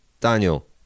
Daniel